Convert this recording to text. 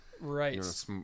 Right